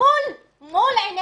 מול עיני